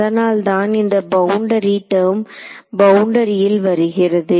அதனால்தான் இந்த boundary term பவுண்டரியில் வருகிறது